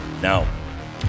Now